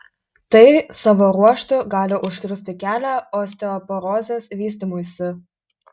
tai savo ruožtu gali užkirsti kelią osteoporozės vystymuisi